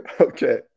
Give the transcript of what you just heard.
Okay